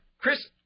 Chris